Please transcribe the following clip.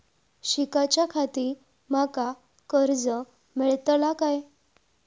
शिकाच्याखाती माका कर्ज मेलतळा काय?